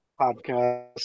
podcast